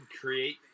create